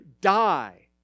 die